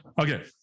Okay